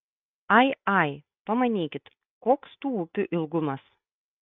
ai ai pamanykit koks tų upių ilgumas